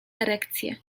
erekcję